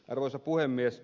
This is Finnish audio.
arvoisa puhemies